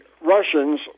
Russians